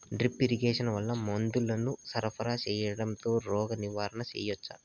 Drip irrigation వల్ల మందులను సరఫరా సేయడం తో రోగ నివారణ చేయవచ్చా?